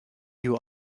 you